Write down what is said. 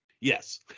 Yes